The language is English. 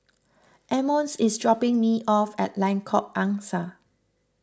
Emmons is dropping me off at Lengkok Angsa